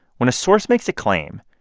when a source makes a claim,